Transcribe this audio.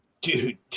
Dude